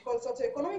אשכול סוציואקונומי,